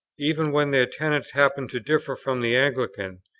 even when their tenets happened to differ from the anglican,